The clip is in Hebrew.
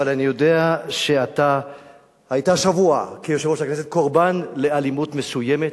אבל אני יודע שאתה היית השבוע כיושב-ראש הכנסת קורבן לאלימות מסוימת